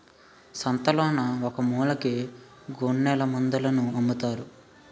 సంతలోన ఒకమూలకి గొఱ్ఱెలమందలను అమ్ముతారు